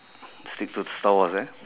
stick to star wars eh